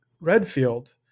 Redfield